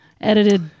edited